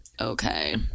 Okay